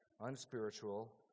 unspiritual